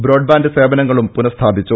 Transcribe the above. broadband സേവനങ്ങളും പുനഃസ്ഥാപിച്ചു